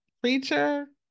preacher